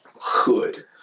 hood